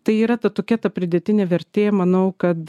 tai yra ta tokia ta pridėtinė vertė manau kad